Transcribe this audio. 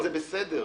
זה בסדר.